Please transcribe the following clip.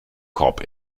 korb